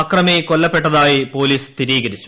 അക്രമി കൊല്ല പ്പെട്ടതായി പോലീസ് സ്ഥിരീകരിച്ചു